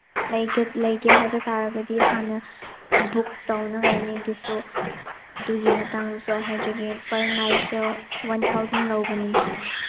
ꯂꯩꯒꯦ ꯍꯥꯏꯕ ꯇꯥꯔꯒꯗꯤ ꯍꯥꯟꯅ ꯕꯨꯛ ꯇꯧꯅꯉꯥꯏꯅꯤ ꯑꯗꯨꯁꯨ ꯑꯗꯨꯒꯤ ꯃꯇꯥꯡꯁꯨ ꯑꯩ ꯍꯥꯏꯖꯒꯦ ꯄꯔ ꯅꯥꯏꯠꯇ ꯋꯥꯟ ꯊꯥꯎꯖꯟ ꯂꯧꯕꯅꯤ